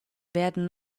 werden